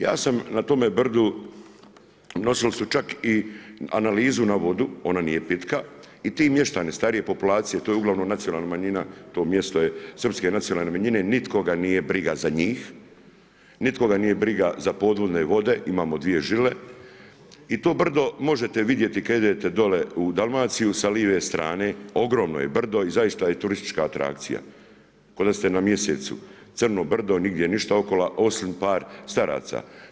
Ja sam na tome brdu nosili su čak i analizu na vodu, ona nije pitka i ti mještani starije populacije, to je uglavnom nacionalna manjina to mjesto je Srpske nacionalne manjine, nitkoga nije briga za njih, nitkoga nije briga za podvodne vode, imamo dvije žile i to brdo možete vidjeti kada idete dolje u Dalmaciju sa live strane, ogromno je brdo i zaista je turistička atrakcija, ko da ste na mjesecu, crno brdo, nigdje ništa okolo osim par staraca.